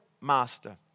master